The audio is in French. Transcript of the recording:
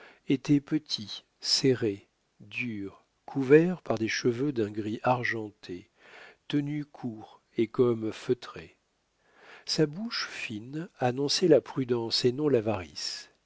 était petit serré dur couvert par des cheveux d'un gris argenté tenus courts et comme feutrés sa bouche fine annonçait la prudence et non l'avarice